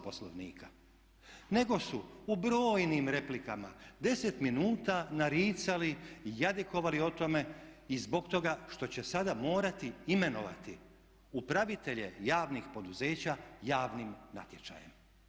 Poslovnika nego su u brojnim replikama 10 minuta naricali i jadikovali o tome i zbog toga što će sada morati imenovati upravitelje javnih poduzeća javnim natječajem.